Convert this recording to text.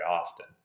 often